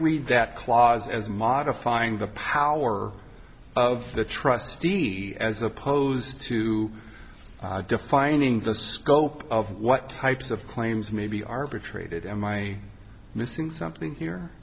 read that clause as modifying the power of the trustee as opposed to defining the scope of what types of claims may be arbitrated am i missing something here